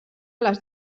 les